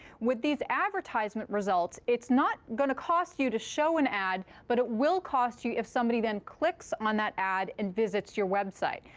with these advertisement results, it's not going to cost you to show an ad. but it will cost you if somebody then clicks on that ad and visits your website.